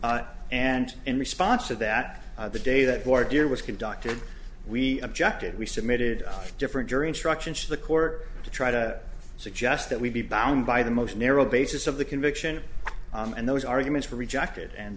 and in response to that the day that border was conducted we objected we submitted different jury instructions to the court to try to suggest that we be bound by the most narrow basis of the conviction and those arguments were rejected and